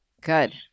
Good